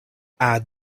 add